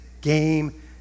game